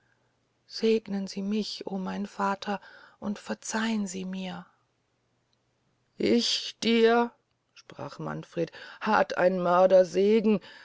segnen sie mich mein vater und verzeihn sie mir ich dir sprach manfred hat ein mörder segen